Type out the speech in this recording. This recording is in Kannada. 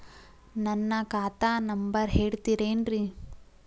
ನನ್ನ ಖಾತಾ ನಂಬರ್ ಹೇಳ್ತಿರೇನ್ರಿ?